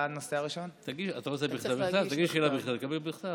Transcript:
תגיש לי שאלה בכתב, תקבל בכתב.